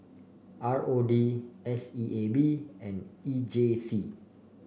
R O D S E A B and E J C